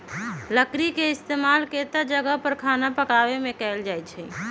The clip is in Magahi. लकरी के इस्तेमाल केतता जगह पर खाना पकावे मे कएल जाई छई